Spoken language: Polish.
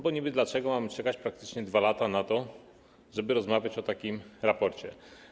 Bo niby dlaczego mamy czekać praktycznie 2 lata na to, żeby rozmawiać o takim raporcie?